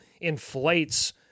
inflates